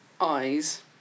eyes